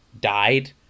died